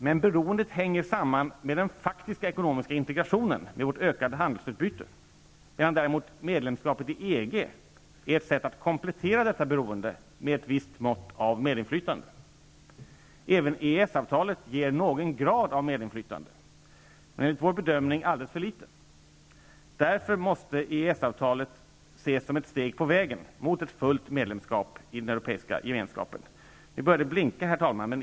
Men beroendet hänger samman med den faktiska ekonomiska integrationen, med vårt ökade handelsutbyte, medan däremot medlemskapet i EG är ett sätt att komplettera detta beroende med ett visst mått av medinflytande. Även EES-avtalet ger någon grad av medinflytande men enligt vår bedömning alldeles för litet. Därför måste EES-avtalet ses som ett steg på vägen mot ett fullt medlemskap i den europeiska gemenskapen. Herr talman! Lampan blinkar här i talarstolen.